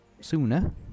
sooner